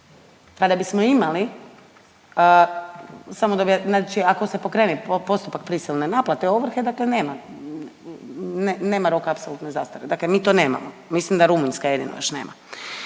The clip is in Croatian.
samo da, znači ako se pokrene postupak prisilne naplate i ovrhe, dakle nema, nema roka apsolutne zastare, dakle mi to nemamo, mislim da Rumunjska jedino još nema,